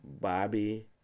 Bobby